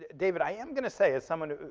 david, i am going to say, as someone